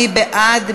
מי בעד?